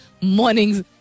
mornings